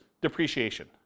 depreciation